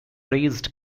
raised